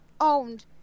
owned